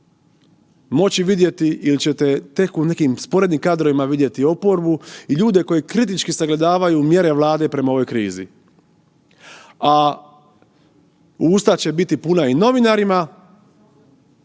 moći vidjeti ili ćete tek u nekim sporednim kadrovima vidjeti oporbu i ljude koji kritički sagledavaju mjere Vlade prema ovoj krizi. A usta će biti puna i novinarima,